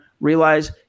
realize